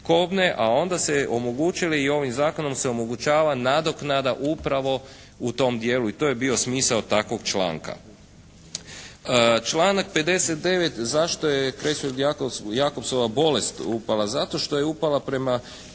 a onda se omogućilo i ovim zakonom se omogućava nadoknada upravo u tom dijelu. I to je bio smisao takvog članka. Članak 59. zašto je Creuzfeld-Jacobsova bolest upala? Zato što je upala prema